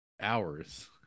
hours